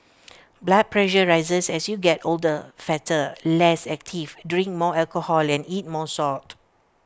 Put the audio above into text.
blood pressure rises as you get older fatter less active drink more alcohol and eat more salt